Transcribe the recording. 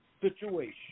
situation